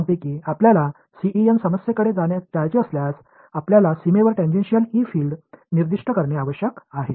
எனவே நீங்கள் ஒரு CEM சிக்கலை அணுக விரும்பினால் நீங்கள் எல்லையில் உள்ள டான்ஜென்ஷியல் E புலங்களை குறிப்பிட வேண்டும்